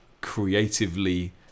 creatively